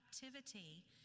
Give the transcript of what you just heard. captivity